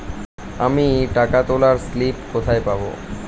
আমি টাকা তোলার স্লিপ কোথায় পাবো?